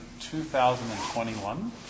2021